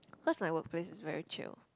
cause my work place is very chill